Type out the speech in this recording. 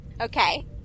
Okay